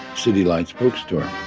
city lights bookstore.